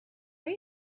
are